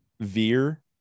Veer